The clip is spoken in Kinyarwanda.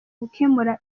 gukemura